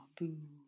boo